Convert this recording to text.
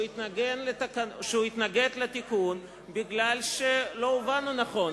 שהוא התנגד לתיקון בגלל שלא הובנו נכון,